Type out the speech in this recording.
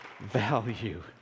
value